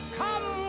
come